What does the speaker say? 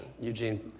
Eugene